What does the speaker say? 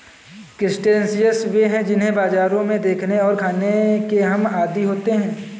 crustaceans वे हैं जिन्हें बाजारों में देखने और खाने के हम आदी होते हैं